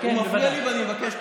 הוא מפריע לי ואני מבקש תוספת.